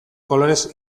kolorez